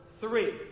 three